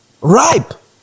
Ripe